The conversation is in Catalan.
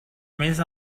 més